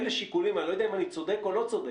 אני לא יודע אם אני צודק או לא צודק,